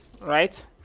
right